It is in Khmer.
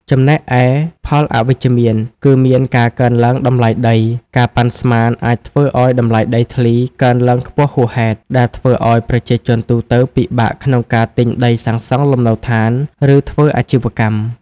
ចំណែកឯផលអវិជ្ជមាន គឺមានការកើនឡើងតម្លៃដី ការប៉ាន់ស្មានអាចធ្វើឲ្យតម្លៃដីធ្លី កើនឡើងខ្ពស់ហួសហេតុ ដែលធ្វើឲ្យប្រជាជនទូទៅពិបាកក្នុងការទិញដីសាងសង់លំនៅដ្ឋាន ឬធ្វើអាជីវកម្ម។